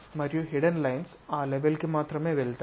మరియు hidden lines ఆ level కి మాత్రమే వెళ్తాయి